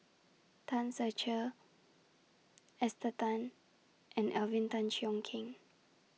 Tan Ser Cher Esther Tan and Alvin Tan Cheong Kheng